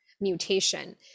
mutation